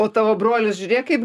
o tavo brolis žiūrėk kaip